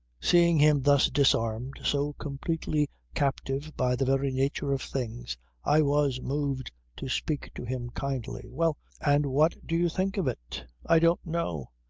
seeing him thus disarmed, so completely captive by the very nature of things i was moved to speak to him kindly. well. and what do you think of it? i don't know.